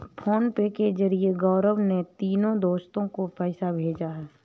PhonePe के जरिए गौरव ने तीनों दोस्तो को पैसा भेजा है